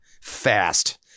fast